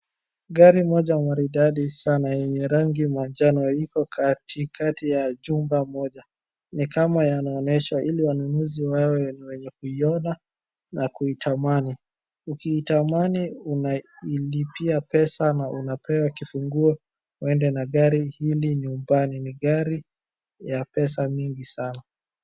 Gari moja maridadi sana yenye rangi manjano iko katikati ya jumba moja. Ni kama yanonyeshwa ili wanunuzi wewe wenye kuiona na kuitamani. Ukiitamani unailipia pesa na unapewa kifunguo uende na gari hili nyumbani ni gari ya pesa mingi sana.